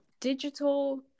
digital